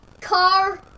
Car